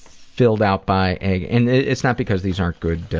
filled out by a, and it's not because these aren't good